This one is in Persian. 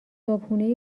صبحونه